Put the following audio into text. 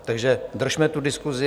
Takže držme tu diskusi...